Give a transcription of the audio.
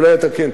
אולי אתה כן,